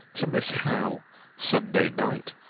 to miss howe sunday night,